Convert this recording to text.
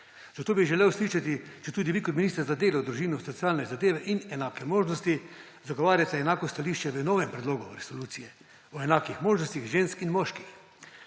Zato bi želel slišati: Ali tudi vi kot minister za delo, družino, socialne zadeve in enake možnosti zagovarjate enako stališče v novem predlogu resolucije o enakih možnostih žensk in moških?